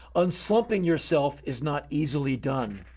un-slumping yourself is not easily done.